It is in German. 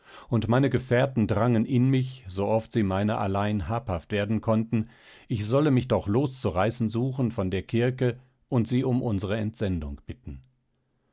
und meine gefährten drangen in mich so oft sie meiner allein habhaft werden konnten ich solle mich doch loszureißen suchen von der kirke und sie um unsere entsendung bitten